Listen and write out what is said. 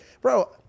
Bro